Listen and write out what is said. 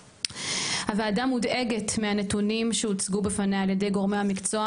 הוועדה מודאגת מהנתונים שהוצגו בפניה על ידי גורמי המקצוע,